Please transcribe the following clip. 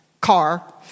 car